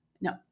no